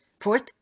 Fourth